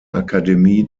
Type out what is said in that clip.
akademie